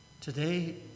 Today